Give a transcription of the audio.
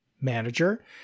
manager